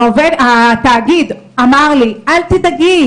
התאגיד אמר לי לא לדאוג,